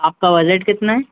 आपका बजट कितना है